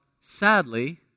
Sadly